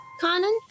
Conan